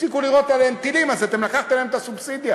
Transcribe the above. הפסיקו לירות עליהם טילים אז לקחתם להם את הסובסידיה.